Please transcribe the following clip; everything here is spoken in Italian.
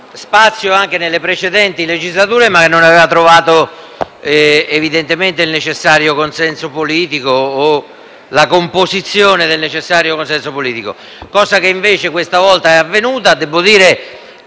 spazio anche nelle precedenti legislature ma che non aveva trovato, evidentemente, il necessario consenso politico o la composizione del necessario consenso politico, cosa che invece questa volta è avvenuta. Debbo dire